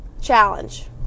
challenge